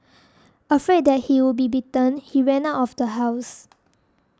afraid that he would be beaten he ran out of the house